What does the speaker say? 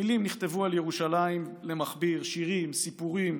מילים נכתבו על ירושלים למכביר, שירים, סיפורים.